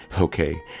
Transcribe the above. okay